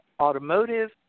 automotive